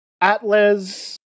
Atlas